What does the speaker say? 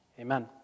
Amen